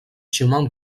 chemins